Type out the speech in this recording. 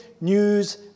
news